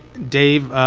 dave,